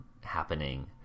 happening